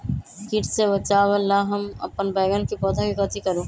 किट से बचावला हम अपन बैंगन के पौधा के कथी करू?